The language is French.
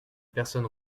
personnes